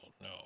no